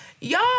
y'all